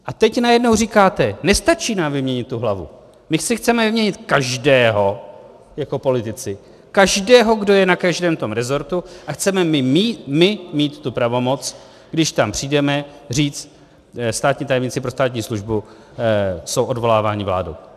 A teď najednou říkáte: nestačí nám vyměnit tu hlavu, my si chceme vyměnit každého jako politici, každého, kdo je na každém tom resortu, a chceme mít my tu pravomoc, když tam přijdeme, říct státní tajemníci pro státní službu jsou odvoláváni vládou.